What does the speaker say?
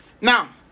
now